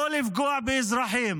לא לפגוע באזרחים,